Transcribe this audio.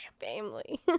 Family